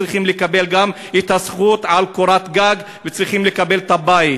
וצריכים לקבל גם את הזכות לקורת גג וצריכים לקבל בית.